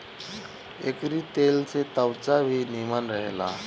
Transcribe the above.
एकरी तेल से त्वचा भी निमन रहेला